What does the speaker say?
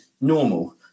normal